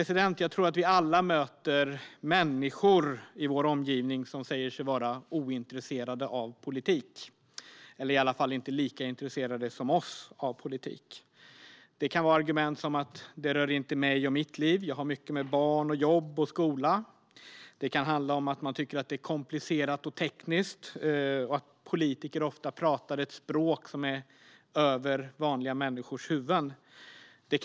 Jag tror att vi alla möter människor i vår omgivning som säger sig vara ointresserade av politik, eller i varje fall inte lika intresserade som vi. Det kan vara argument som: Det rör inte mig och mitt liv. Man har mycket med barn, jobb, skola. Man kan tycka att det är för komplicerat och tekniskt och att politiker ofta pratar ett språk som går över vanliga människors huvuden.